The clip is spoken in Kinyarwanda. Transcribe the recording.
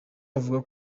avuga